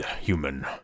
human